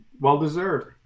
well-deserved